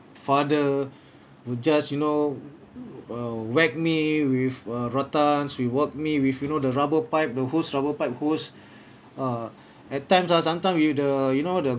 father would just you know uh whack me with a rotan reward me with you know the rubber pipe the hose rubber pipe hose ah at times ah sometime with the you know the